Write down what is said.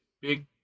big